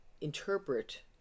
interpret